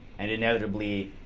and inevitably,